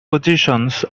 positions